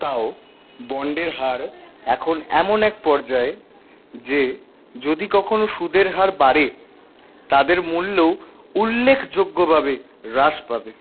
তাও বন্ডের হার এখন এমন এক পর্যায়ে যে যদি কখনও সুদের হার বাড়ে তাদের মূল্যও উল্লেখযোগ্যভাবে হ্রাস পাবে